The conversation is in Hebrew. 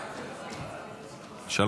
בבקשה.